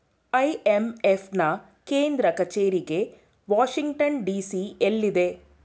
IMF ನಾ ಕೇಂದ್ರ ಕಚೇರಿಗೆ ವಾಷಿಂಗ್ಟನ್ ಡಿ.ಸಿ ಎಲ್ಲಿದೆ